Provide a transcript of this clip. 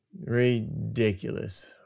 Ridiculous